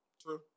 True